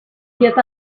get